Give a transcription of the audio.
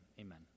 amen